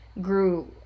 grew